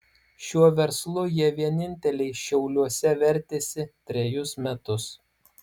šiuo verslu jie vieninteliai šiauliuose vertėsi trejus metus